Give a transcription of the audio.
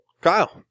Kyle